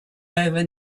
over